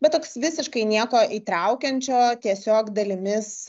bet toks visiškai nieko įtraukiančio tiesiog dalimis